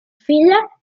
fila